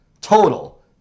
total